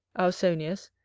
ausonius,